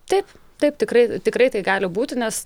taip taip tikrai tikrai tai gali būti nes